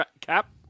cap